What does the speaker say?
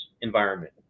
environment